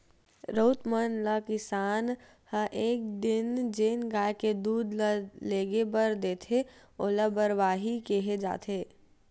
राउत मन ल किसान ह एक दिन जेन गाय के दूद ल लेगे बर देथे ओला बरवाही केहे जाथे